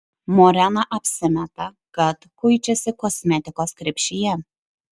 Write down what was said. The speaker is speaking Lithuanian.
morena apsimeta kad kuičiasi kosmetikos krepšyje